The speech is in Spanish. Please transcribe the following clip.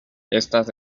estas